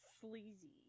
Sleazy